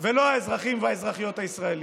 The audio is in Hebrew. ולא האזרחים והאזרחיות הישראלים.